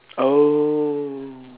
oh